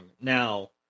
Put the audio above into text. Now